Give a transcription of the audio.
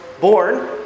born